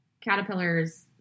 caterpillars